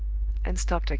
and stopped again.